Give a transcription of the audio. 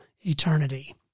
eternity